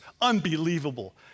unbelievable